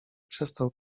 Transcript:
przestał